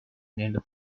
named